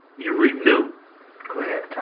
you renew go ahead.